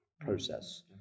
process